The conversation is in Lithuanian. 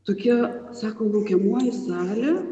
tokia sako laukiamoji salė